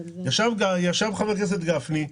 חבר הכנסת גפני,